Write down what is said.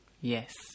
Yes